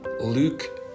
Luke